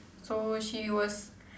so she was